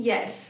Yes